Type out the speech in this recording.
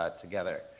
together